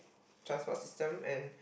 transport system and